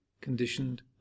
conditioned